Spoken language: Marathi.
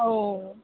हो